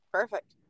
perfect